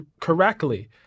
correctly